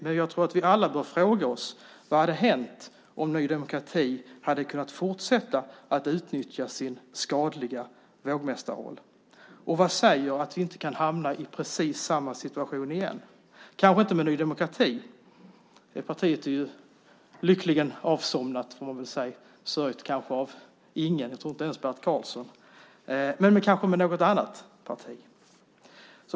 Men jag tror att vi alla bör fråga oss vad som hade hänt om Ny demokrati hade kunnat fortsätta att utnyttja sin skadliga vågmästarroll. Och vad är det som säger att vi inte kan hamna i precis samma situation igen, kanske inte med Ny demokrati - det partiet är lyckligen avsomnat, får man väl säga, och sörjt av kanske ingen; inte ens av Bert Karlsson, tror jag - men kanske med ett annat parti.